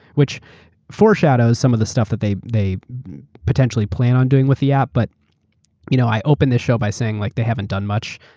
which foreshadows some of the stuff that they they potentially plan on doing with the app. but you know i opened the show by saying like they haven't done much,